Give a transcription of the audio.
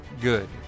good